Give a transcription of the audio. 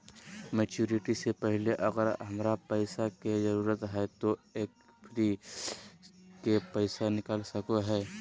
Maturity से पहले अगर हमरा पैसा के जरूरत है तो एफडी के पैसा निकल सको है?